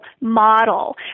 model